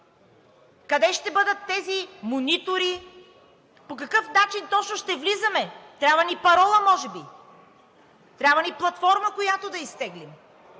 Къде ще бъдат тези монитори? По какъв начин точно ще влизаме? Трябва ни парола, може би, трябва ни платформа, която да изтеглим.